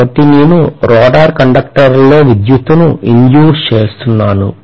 కాబట్టి నేను రోటర్ కండక్టర్లలో విద్యుత్తును induce చేస్తున్నాను